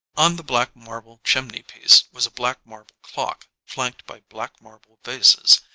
on the black marble chimney piece was a black marble clock, flanked by black marble vases,